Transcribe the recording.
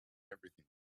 everything